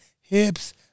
hips